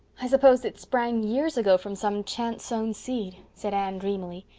i suppose it sprang years ago from some chance-sown seed, said anne dreamily.